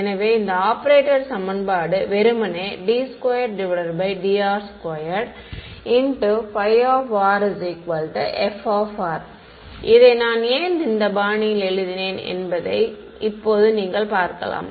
எனவே இந்த ஆபரேட்டர் சமன்பாடு வெறுமனே d2dr2φf இதை நான் ஏன் இந்த பாணியில் எழுதினேன் என்பதை இப்போது நீங்கள் பார்க்கலாம்